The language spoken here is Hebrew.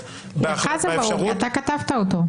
באפשרות --- לך זה ברור כי אתה כתבת אותו.